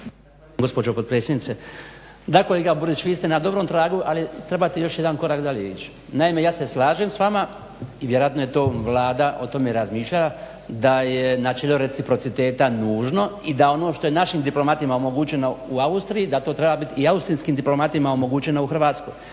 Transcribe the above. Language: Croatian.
Gospođo potpredsjednice, da kolega Burić vi ste na dobrom tragu ali trebate još jedan korak dalje ići. Naime, ja se slažem s vama i vjerojatno je Vlada o tome razmišljala da je načelo reciprociteta nužno i da ono što je našim diplomatima omogućeno u Austriji da to treba bit i austrijskim diplomatima omogućeno u Hrvatskoj.